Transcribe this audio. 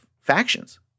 factions